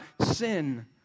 sin